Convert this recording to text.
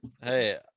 Hey